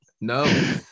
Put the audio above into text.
no